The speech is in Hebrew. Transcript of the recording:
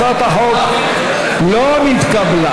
הצעת החוק לא נתקבלה.